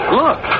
look